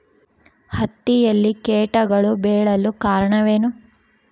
ಹತ್ತಿಯಲ್ಲಿ ಕೇಟಗಳು ಬೇಳಲು ಕಾರಣವೇನು?